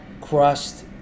crust